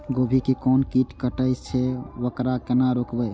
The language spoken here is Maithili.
गोभी के कोन कीट कटे छे वकरा केना रोकबे?